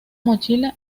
mochila